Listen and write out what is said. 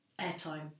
airtime